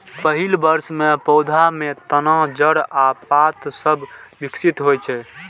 पहिल वर्ष मे पौधा मे तना, जड़ आ पात सभ विकसित होइ छै